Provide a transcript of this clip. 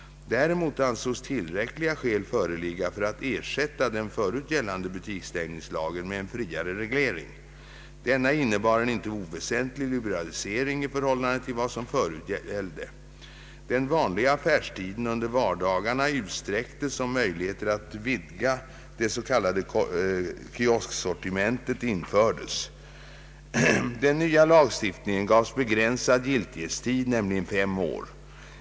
Däremot ansågs tillräckliga skäl föreligga för att ersätta den förut gällande butiksstängningslagen med en friare reglering. Denna innebar en inte oväsentlig liberalisering i förhållande till vad som förut gällde. Den vanliga affärstiden under vardagarna utsträcktes och möjligheter att vidga det s.k. kiosksortimentet infördes. Den nya lagstiftningen gavs begränsad giltighetstid, nämligen fem år.